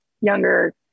younger